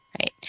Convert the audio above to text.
right